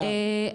א.